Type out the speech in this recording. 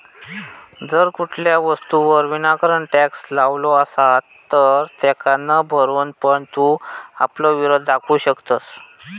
जर कुठल्या वस्तूवर विनाकारण टॅक्स लावलो असात तर तेका न भरून पण तू आपलो विरोध दाखवू शकतंस